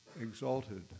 exalted